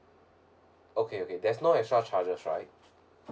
okay okay there's no extra charges right